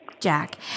Jack